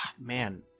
Man